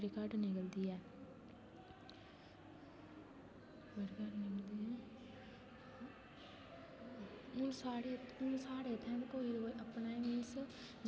ब़डी घट्ट निकलदी ऐ हून साढ़े इत्थै कोई अपना हे नी जेहड़ा मता पढे़ दा उंहे गै अपना बिजनस खोले दा अपना गै सब किश